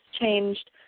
changed